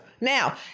Now